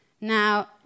Now